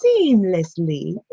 seamlessly